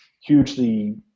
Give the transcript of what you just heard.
hugely